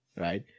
right